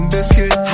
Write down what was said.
Biscuit